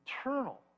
eternal